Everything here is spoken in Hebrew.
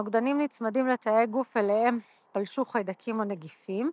הנוגדנים נצמדים לתאי גוף אליהם פלשו חיידקים או נגיפים.